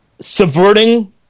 Subverting